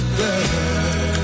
girl